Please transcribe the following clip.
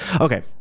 Okay